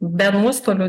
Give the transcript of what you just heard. be nuostolių